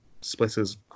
splitters